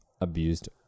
abused